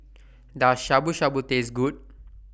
Does Shabu Shabu Taste Good